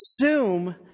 assume